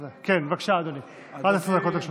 כן, בבקשה, אדוני, עד עשר דקות לרשותך.